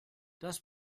das